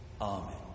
Amen